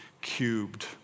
cubed